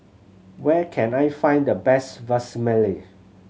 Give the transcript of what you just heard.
where can I find the best Vermicelli